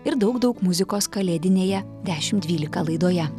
ir daug daug muzikos kalėdinėje dešimt dvylika laidoje